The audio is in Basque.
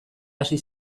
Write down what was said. hasi